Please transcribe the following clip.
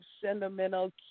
sentimental